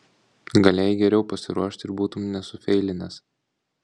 galėjai geriau pasiruošt ir būtum nesufeilinęs